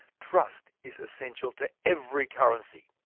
trust is essential to every currency.